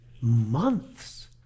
Months